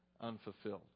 unfulfilled